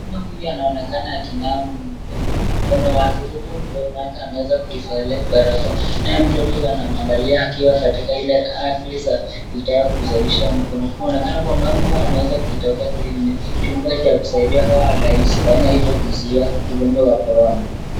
mama huyu anaonekana akinawa mkono wake huku mdomo wake ameweza kuivalia barakoa. Naye mtoto huyo anamwangalia akiwa katika ile akili za kutaka kunawisha mikono. Anaonekana kwamba ameweza kutoka kwenye chumba cha kusaidia hawa rahisi kufanya hivyo kuzuia ugonjwa wa korona.